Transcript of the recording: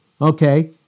okay